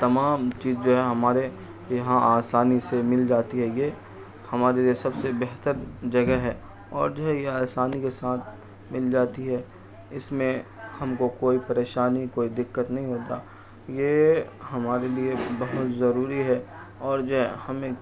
تمام چیز جو ہے ہمارے یہاں آسانی سے مل جاتی ہے یہ ہمارے لیے سب سے بہتر جگہ ہے اور جو ہے یہ آسانی کے ساتھ مل جاتی ہے اس میں ہم کو کوئی پریشانی کوئی دقت نہیں ہوتا یہ ہمارے لیے بہت ضروری ہے اور جو ہے ہمیں